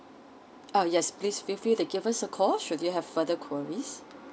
uh yes please feel free to give us a call should you have further queries